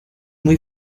muy